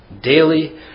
daily